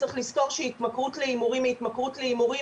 צריך לזכור שהתמכרות להימורים היא התמכרות להימורים